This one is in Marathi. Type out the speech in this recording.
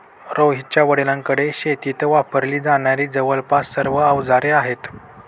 रोहितच्या वडिलांकडे शेतीत वापरली जाणारी जवळपास सर्व अवजारे आहेत